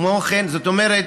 זאת אומרת,